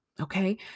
okay